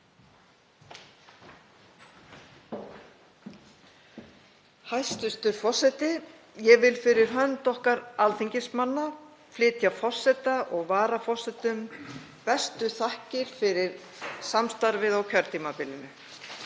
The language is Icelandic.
Hæstv. forseti. Ég vil fyrir hönd okkar alþingismanna færa forseta og varaforsetum bestu þakkir fyrir samstarfið á kjörtímabilinu.